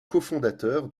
cofondateurs